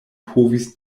povis